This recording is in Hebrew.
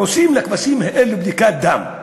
עושים לכבשים האלה בדיקת דם,